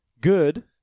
Good